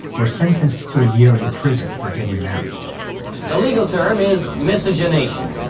were sentenced to a year in prison for getting married the legal term is miscegenation,